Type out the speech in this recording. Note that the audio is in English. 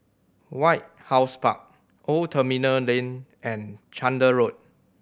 White House Park Old Terminal Lane and Chander Road